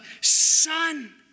son